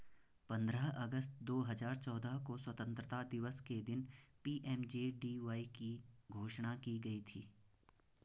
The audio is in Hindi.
पंद्रह अगस्त दो हजार चौदह को स्वतंत्रता दिवस के दिन पी.एम.जे.डी.वाई की घोषणा की गई थी